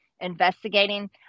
investigating